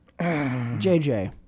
JJ